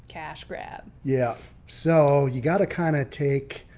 cash grab. yeah, so you got to kind of take